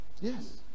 yes